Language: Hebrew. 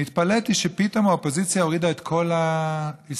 אני התפלאתי שפתאום האופוזיציה הורידה את כל ההסתייגויות.